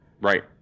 Right